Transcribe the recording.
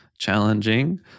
challenging